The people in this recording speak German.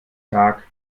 tag